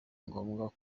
ngombwa